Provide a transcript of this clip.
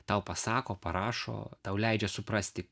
tau pasako parašo tau leidžia suprasti